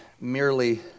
merely